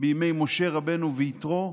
בימי משה רבנו ויתרו,